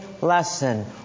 lesson